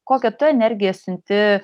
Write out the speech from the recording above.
kokią tu energiją siunti